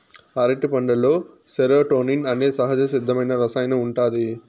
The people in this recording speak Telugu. అరటిపండులో సెరోటోనిన్ అనే సహజసిద్ధమైన రసాయనం ఉంటాది